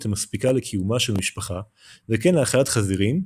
המספיקה לקיומה של משפחה וכן להאכלת חזירים,